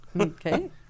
Okay